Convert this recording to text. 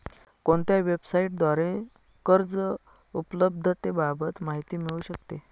कोणत्या वेबसाईटद्वारे कर्ज उपलब्धतेबाबत माहिती मिळू शकते?